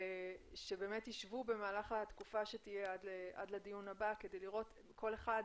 שבאמת ישבו במהלך התקופה שתהיה עד לדיון הבא כדי לראות כל אחד